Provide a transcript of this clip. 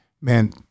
man